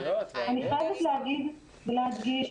אני חייבת להגיד ולהדגיש,